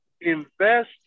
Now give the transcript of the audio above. Invest